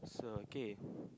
so okay